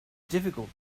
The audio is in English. difficult